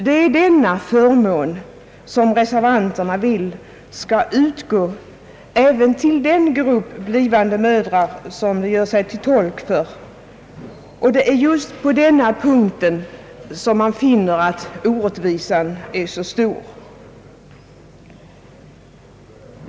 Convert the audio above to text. Reservanterna önskar att denna förmån skall utgå även till den grupp blivande mödrar som de gör sig till tolk för. Just på denna punkt har reservanterna funnit att orättvisan är så stor.